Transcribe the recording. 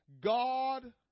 god